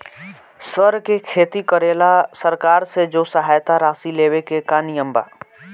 सर के खेती करेला सरकार से जो सहायता राशि लेवे के का नियम बा?